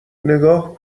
نگاه